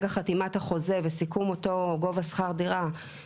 למרות שכל שנה הם יכולים לעזוב האלטרנטיבות פחות טובות.